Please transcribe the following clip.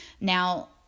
Now